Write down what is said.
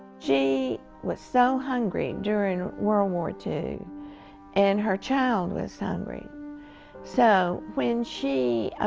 she was so hungry during world war two and her child was hungry so when she